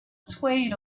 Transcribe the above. swayed